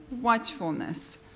watchfulness